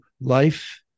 life